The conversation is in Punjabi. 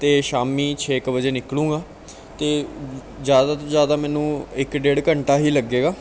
ਅਤੇ ਸ਼ਾਮ ਛੇ ਕੁ ਵਜੇ ਨਿਕਲੂੰਗਾ ਲੂੰਗਾ ਅਤੇ ਜ਼ਿਆਦਾ ਤੋਂ ਜ਼ਿਆਦਾ ਮੈਨੂੰ ਇੱਕ ਡੇਢ ਘੰਟਾ ਹੀ ਲੱਗੇਗਾ